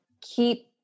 keep